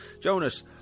jonas